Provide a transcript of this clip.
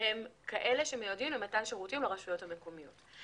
הם כאלה שמיועדים למתן שירותים לרשויות המקומיות.